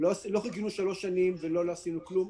לא חיכינו שלוש שנים מבלי לעשות כלום.